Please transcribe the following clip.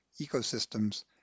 ecosystems